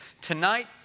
tonight